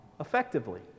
effectively